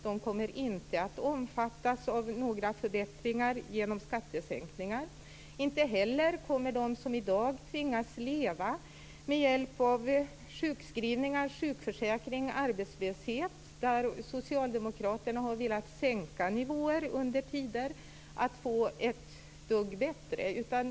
De kommer inte att omfattas av några förbättringar genom skattesänkningar. Inte heller kommer de som i dag tvingas leva med hjälp av sjukskrivningar, sjukförsäkring och arbetslöshet - där har Socialdemokraterna vissa tider velat sänka nivåer - att få det ett dugg bättre.